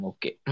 Okay